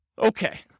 Okay